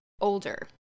older